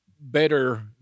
better